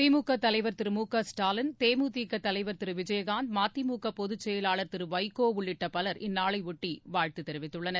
திமுகதலைவா் திரு மு க ஸ்டாலின் தேமுதிகதலைவா் திருவிஜயகாந்த் மதிமுகபொதுச்செயலாளா் திருவைகோஉள்ளிட்டபலர் இந்நாளையொட்டிவாழ்த்துதெரிவித்துள்ளனர்